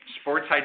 sports